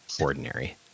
ordinary